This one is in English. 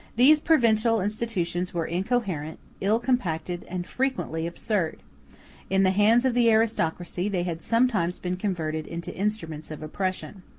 these provincial institutions were incoherent, ill compacted, and frequently absurd in the hands of the aristocracy they had sometimes been converted into instruments of oppression.